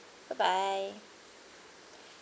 bye bye